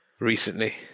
recently